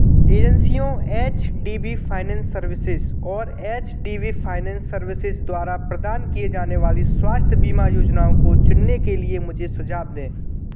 एजेंसियों H D B finance services और H D B finance services द्वारा प्रदान की जाने वाली स्वास्थ्य बीमा योजनाओं को चुनने के लिए मुझे सुझाव दें